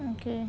mm